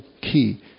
key